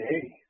hey